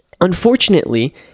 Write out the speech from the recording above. unfortunately